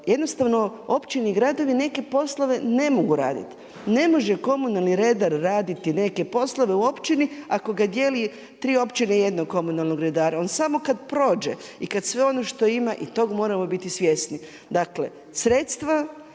jednostavno općine i gradovi neke poslove ne mogu raditi. Ne može komunalni redar raditi neke poslove u općini ako ga dijeli tri općine jednog komunalnog redara. On samo kada prođe i kada sve ono što ima i tog moramo biti svjesni. Dakle sredstva